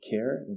care